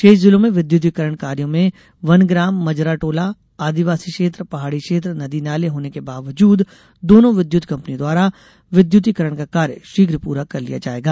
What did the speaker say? शेष जिलों में विद्युतीकरण कार्यो में वनग्राममजरा टोला आदिवासी क्षेत्रपहाडी क्षेत्रनदी नाले होने के वाबजूद दोनों विद्युत कंपनी द्वारा विद्युतीकरण का कार्य शीघ्र पूरा कर लिया जायेगा